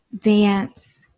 dance